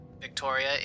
Victoria